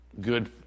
good